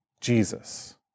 Jesus